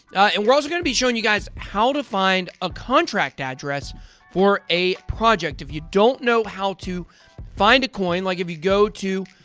and we're also going to be showing you guys how to find a contract address for a project. if you don't know how to find a coin, like if you go to,